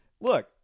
look